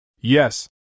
Yes